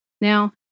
Now